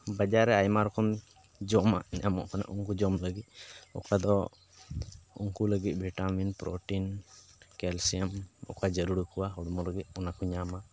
ᱵᱟᱡᱟᱨ ᱨᱮ ᱟᱭᱢᱟ ᱨᱚᱠᱚᱢ ᱡᱚᱢᱟᱜ ᱧᱟᱢᱚᱜ ᱠᱟᱱᱟ ᱩᱱᱠᱩ ᱡᱚᱢ ᱞᱟᱹᱜᱤᱫ ᱚᱠᱟ ᱫᱚ ᱩᱱᱠᱩ ᱞᱟᱹᱜᱤᱫ ᱵᱷᱤᱴᱟᱢᱤᱱ ᱯᱨᱳᱴᱤᱱ ᱠᱮᱞᱥᱤᱭᱟᱢ ᱚᱠᱟ ᱡᱟᱹᱨᱩᱲ ᱠᱚᱣᱟ ᱦᱚᱲᱢᱚ ᱞᱟᱹᱜᱤᱫ ᱚᱱᱟ ᱠᱚ ᱧᱟᱢᱟ